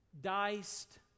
diced